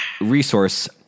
resource